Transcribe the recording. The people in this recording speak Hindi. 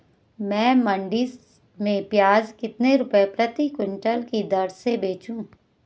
मैं मंडी में प्याज कितने रुपये प्रति क्विंटल की दर से बेचूं?